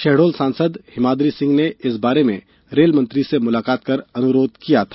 शहडोल सांसद हिमाद्रि सिंह ने इस बारे में रेल मंत्री से मुलाकात कर अनुरोध किया था